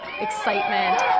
excitement